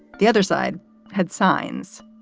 the other side had signs.